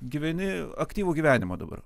gyveni aktyvų gyvenimą dabar